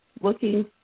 looking